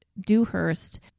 Dewhurst